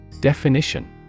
Definition